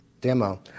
demo